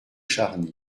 charny